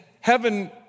heaven